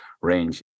range